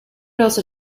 also